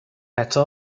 eto